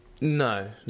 No